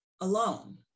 alone